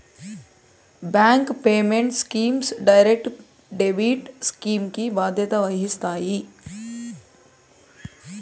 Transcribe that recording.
bank payment schemes direct debit scheme కి బాధ్యత వహిస్తాయి